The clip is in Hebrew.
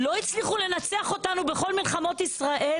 לא הצליחו לנצח אותנו בכל מלחמות ישראל